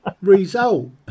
result